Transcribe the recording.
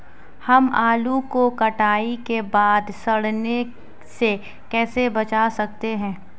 हम आलू को कटाई के बाद सड़ने से कैसे बचा सकते हैं?